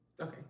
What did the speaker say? Okay